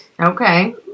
Okay